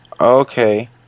okay